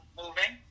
moving